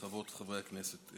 חברות וחברי הכנסת,